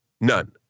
none